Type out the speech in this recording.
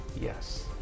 Yes